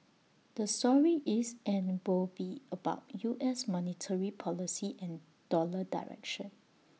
the story is and will be about U S monetary policy and dollar direction